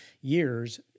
years